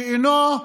שאינו,